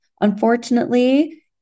unfortunately